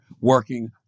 working